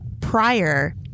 prior